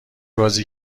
بازی